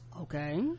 okay